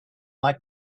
like